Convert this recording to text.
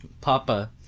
Papa